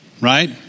right